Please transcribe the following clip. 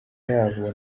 yabo